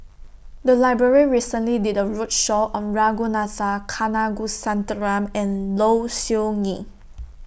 The Library recently did A roadshow on Ragunathar Kanagasuntheram and Low Siew Nghee